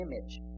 image